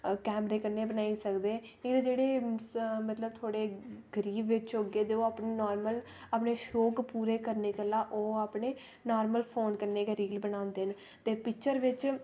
कैमरे कन्नै बनाई सकदे की के जेह्ड़े मतलब थोह्ड़े गरीब होगे ते ओह् अपने नार्मल अपने शोक पूरे करने गल्ला ओह् अपने नार्मल फोन कन्नै के रील बनांदे न ते पिक्चर बिच